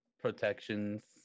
protections